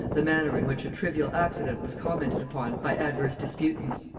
the manner in which a trivial accident was commented upon by adverse disputants.